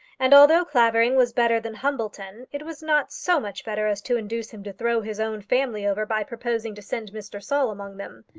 and although clavering was better than humbleton, it was not so much better as to induce him to throw his own family over by proposing to send mr. saul among them.